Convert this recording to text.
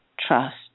trust